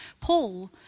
Paul